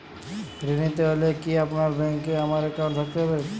ঋণ নিতে হলে কি আপনার ব্যাংক এ আমার অ্যাকাউন্ট থাকতে হবে?